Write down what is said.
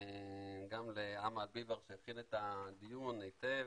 גם לאמל ביבאר שהכין את הדיון היטב,